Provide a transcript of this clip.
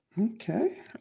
Okay